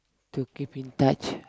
to keep in touch